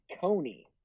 coney